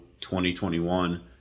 2021